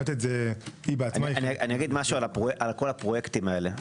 אומר משהו על כל הפרויקטים האלה.